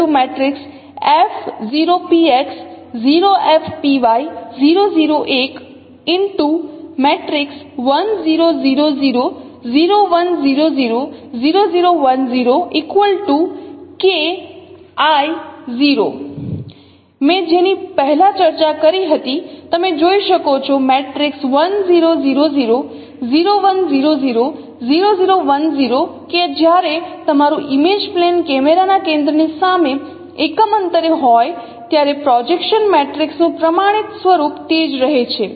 મેં જેની પહેલાં ચર્ચા કરી હતી તમે જોઈ શકો છો કે જ્યારે તમારું ઇમેજ પ્લેન કેમેરા ના કેન્દ્રની સામે એકમ અંતરે હોય ત્યારે પ્રોજેક્શન મેટ્રિક્સનું પ્રમાણિત સ્વરૂપ તે જ રહે છે